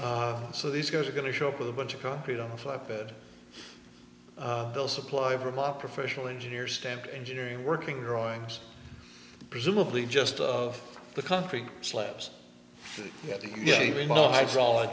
the so these guys are going to show up with a bunch of concrete on a flatbed bill supply for my professional engineer stamped engineering working drawings presumably just of the country slaps at the hydraulic